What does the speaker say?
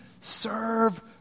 serve